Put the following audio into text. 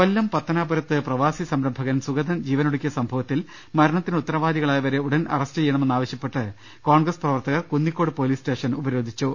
കൊല്ലം പത്തനാപുരത്ത് പ്രവാസി സംരംഭകൻ സുഗതൻ ജീവനൊടുക്കിയ സംഭവത്തിൽ മരണത്തിന് ഉത്തരവാദികളായവരെ ഉടൻ അറസ്റ്റ് ചെയ്യണമെന്ന് ആവശ്യപ്പെട്ട് കോൺഗ്രസ് പ്രവർത്തകർ കുന്നിക്കോട് പോലീസ സ്റ്റേഷൻ ഉപരോധിച്ചു